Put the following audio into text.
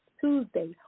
Tuesday